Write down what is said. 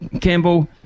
Campbell